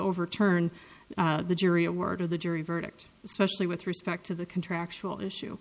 overturn the jury award of the jury verdict especially with respect to the contractual issue